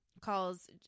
calls